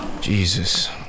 Jesus